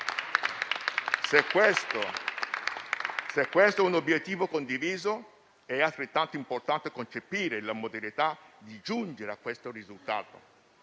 Se questo è un obiettivo condiviso, è altrettanto importante concepire le modalità per giungere a tale risultato.